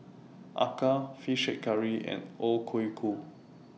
Acar Fish Head Curry and O Ku Kueh